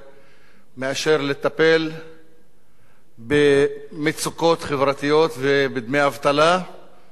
מאשר לטפל במצוקות חברתיות ובדמי אבטלה וגם